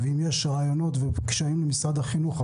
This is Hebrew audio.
אם יש רעיונות וקשיים במשרד החינוך,